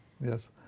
Yes